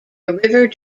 river